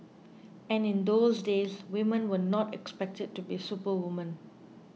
and in those days women were not expected to be superwomen